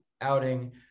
outing